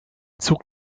zog